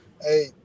Hey